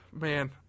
Man